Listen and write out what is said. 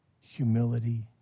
humility